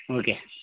okay